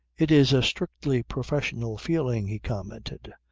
it is a strictly professional feeling, he commented.